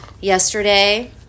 Yesterday